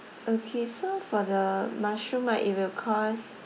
okay so for the mushroom right it will cost